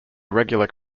irregular